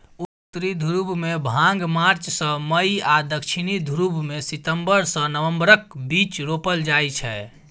उत्तरी ध्रुबमे भांग मार्च सँ मई आ दक्षिणी ध्रुबमे सितंबर सँ नबंबरक बीच रोपल जाइ छै